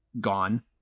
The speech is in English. gone